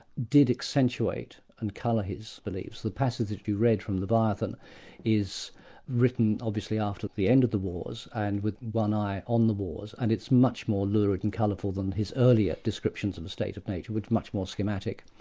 did accentuate and colour his beliefs. the passage that you read from leviathan is written obviously after the end of the wars, and with one eye on the wars, and it's much more lurid and colourful than his earlier descriptions of the state of nature, which is much more schematic.